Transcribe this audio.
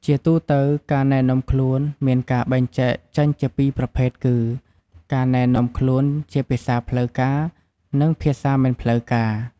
ជាទូទៅការណែនាំខ្លួនមានការបែងចែកចេញជាពីរប្រភេទគឺ ការណែនាំខ្លួនជាភាសាផ្លូវការ និងភាសាមិនផ្លូវការ។